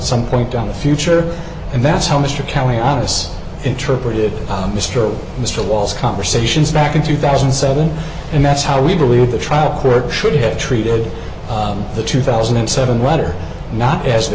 some point down the future and that's how mr kelly ottis interpreted mr mr walls conversations back in two thousand and seven and that's how we believe the trial court should have treated the two thousand and seven letter not as the